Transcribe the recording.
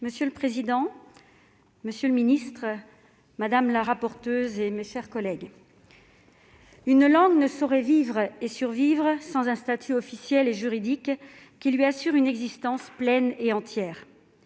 Monsieur le président, monsieur le ministre, mes chers collègues, une langue ne saurait vivre et survivre sans un statut officiel et juridique qui lui assure une existence pleine et entière.